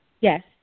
Yes